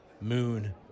moon